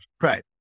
Right